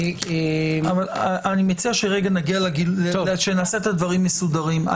אני מציע שנעשה את הדברים מסודרים.